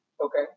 Okay